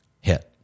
hit